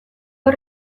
hor